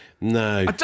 No